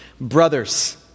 Brothers